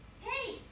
Hey